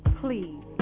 Please